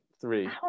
three